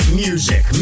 music